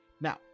Now